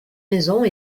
maisons